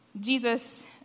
Jesus